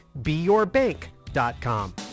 beyourbank.com